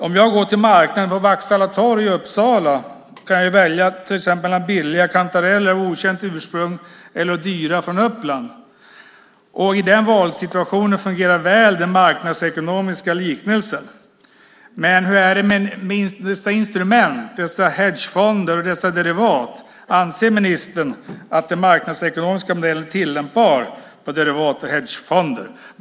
Om jag går till marknaden på Vaksala torg i Uppsala kan jag välja till exempel billiga kantareller av okänt ursprung eller dyra från Uppland. I den valsituationen fungerar den marknadsekonomiska liknelsen väl. Men hur är det med dessa instrument, dessa hedgefonder, dessa derivat? Anser ministern att den marknadsekonomiska modellen är tillämpbar på derivat och hedgefonder?